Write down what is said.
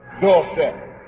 doorstep